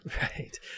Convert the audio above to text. right